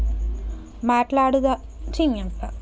మాట్లాడుకున్న దాని కంటే తక్కువ మొత్తంలో పైసలు ఇస్తే ఏం చేత్తరు?